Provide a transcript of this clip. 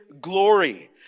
glory